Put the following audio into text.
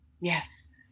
Yes